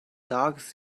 dogs